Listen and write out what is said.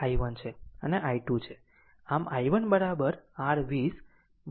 આમ i1 R20 volt વિભાજિત 100